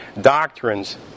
doctrines